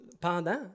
pendant